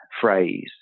phrase